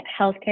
healthcare